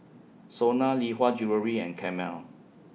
Sona Lee Hwa Jewellery and Camel